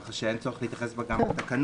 כך שאין צורך להתייחס בה גם לתקנות.